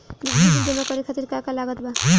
बिजली बिल जमा करे खातिर का का लागत बा?